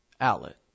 outlet